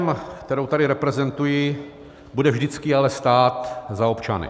KSČM, kterou tady reprezentuji, bude vždycky ale stát za občany.